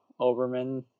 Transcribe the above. Oberman